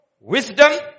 wisdom